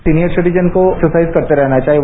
senior citizen को exercise करते रहना चाहिए